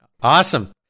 awesome